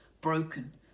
broken